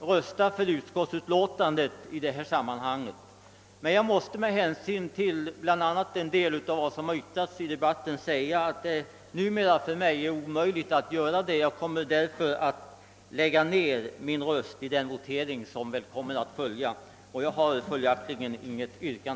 rösta för utskottsutlåtandet, men bl.a. med hänsyn till en del av det som yttrats i debatten vill jag säga att det numera är omöjligt för mig att göra det. Jag kommer därför att lägga ner min röst vid den votering som förmodligen måste följa. Herr talman! Jag har följaktligen inget yrkande.